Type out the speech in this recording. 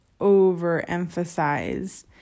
overemphasize